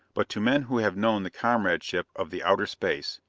but to men who have known the comradeship of the outer space,